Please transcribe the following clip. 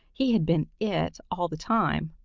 he had been it all the time,